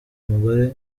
umugore